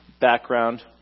background